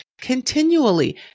continually